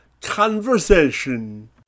conversation